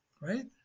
right